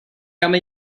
come